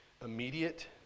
immediate